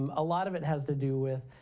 um a lot of it has to do with